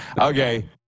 Okay